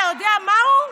אתה יודע מהו?